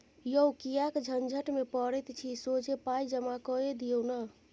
यौ किएक झंझट मे पड़ैत छी सोझे पाय जमा कए दियौ न